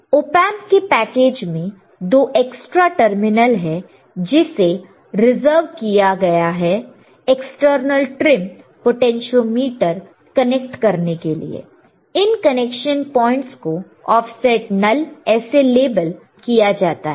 op amp के package में दो एक्स्ट्रा टर्मिनल है जिसे रिजर्व किया है एक्सटर्नल ट्रिम पोटेंशियोमीटर कनेक्ट करने के लिए इन कनेक्शन प्वाइंट्स को ऑफसेट नल ऐसे लेबल किया गया है